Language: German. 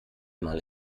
mal